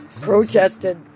protested